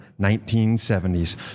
1970s